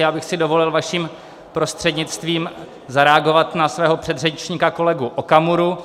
Já bych si dovolil, vaším prostřednictvím, zareagovat na svého předřečníka kolegu Okamuru.